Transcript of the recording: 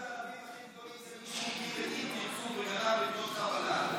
אחד הגנבים הכי גדולים זה מי שהקים את אם תרצו וגנב לבנות חבלה.